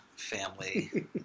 family